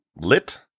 lit